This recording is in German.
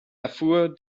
erfuhr